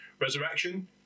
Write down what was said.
Resurrection